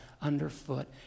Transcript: underfoot